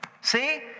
See